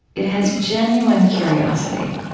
it has genuine curiosity.